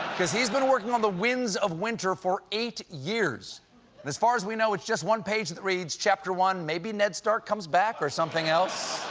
because he's been working on the winds of winter for eight years and as far as we know it's still just one page that reads chapter one. maybe ned stark comes back? or something else.